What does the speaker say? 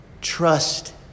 trust